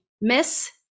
Miss